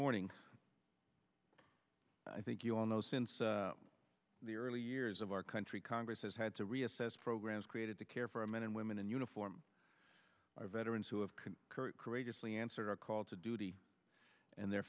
morning i think you all know since the early years of our country congress has had to reassess programs created to care for our men and women in uniform our veterans who have concurred courageously answered a call to duty and their